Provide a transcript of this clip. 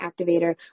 activator